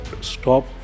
stop